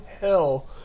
hell